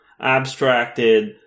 abstracted